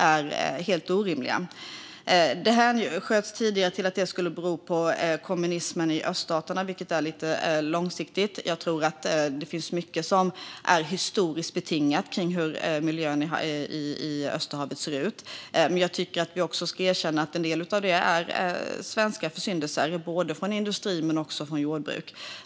Det hänvisades tidigare till att detta skulle bero på kommunismen i öststaterna, vilket är lite långsökt. Jag tror att det finns mycket som är historiskt betingat kring hur miljön i Östersjön ser ut, men jag tycker att vi ska erkänna att en del av detta är svenska försyndelser, både från industrin och från jordbruket.